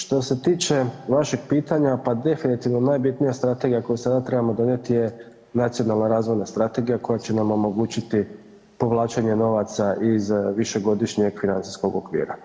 Što se tiče vašeg pitanja, pa definitivno najbitnija strategija koju sada trebamo donijeti je Nacionalna razvojna strategija koja će nam omogućiti povlačenje novaca iz višegodišnjeg financijskog okvira.